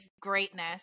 greatness